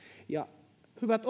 kokeiluun hyvät